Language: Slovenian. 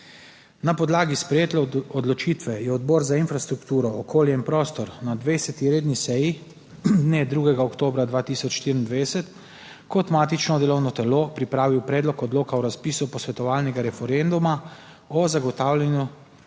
Na podlagi sprejete odločitve je Odbor za infrastrukturo, okolje in prostor na 20. redni seji, dne 2. oktobra 2024, kot matično delovno telo pripravil predlog odloka o razpisu posvetovalnega referenduma o zagotavljanju